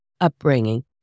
upbringing